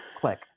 Click